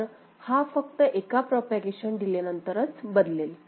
तर हा फक्त एका प्रोपागेशन डीलेनंतरच बदलेल